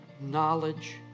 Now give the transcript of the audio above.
knowledge